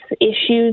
issues